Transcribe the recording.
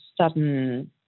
sudden